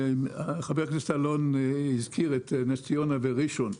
וחבר הכנסת אלון טל הזכיר את נס ציונה וראשון לציון,